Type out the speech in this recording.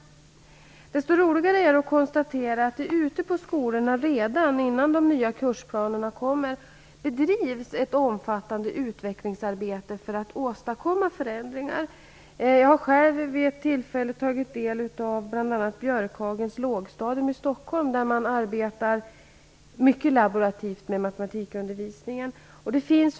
Det är desto roligare att konstatera att det ute i skolorna redan nu, innan de nya kursplanerna har kommit, bedrivs ett omfattande utvecklingsarbete för att åstadkomma förändringar. Jag besökte vid ett tillfälle Björkhagens lågstadium i Stockholm. Där arbetar man mycket laborativt med matematikundervisningen.